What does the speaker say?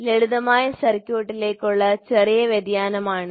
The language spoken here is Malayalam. ലളിതമായ സർക്യൂട്ടിലേക്കുള്ള ചെറിയ വ്യതിയാനമാണിത്